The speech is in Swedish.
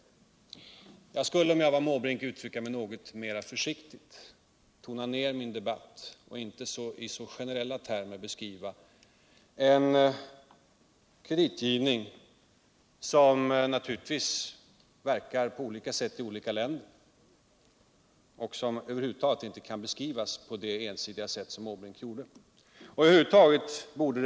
Om jag vore Bertil Måbrink skulle jag uttrycka mig något mer försiktigt, tona ner min debatt och inte i så generella termer beskriva en kreditgivning som naturligtvis verkar på olika sätt i olika länder och som över huvud taget inte kan beskrivas på det ensidiga sätt som herr Måbrink gjorde.